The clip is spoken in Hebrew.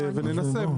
ננסה.